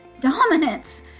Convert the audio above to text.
dominance